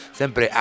sempre